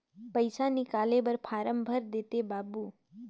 पइसा निकाले बर फारम भर देते बाबु?